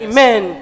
Amen